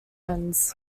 ends